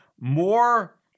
more